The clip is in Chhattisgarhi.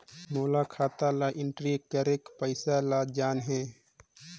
मोला खाता ला एंट्री करेके पइसा ला जान हे?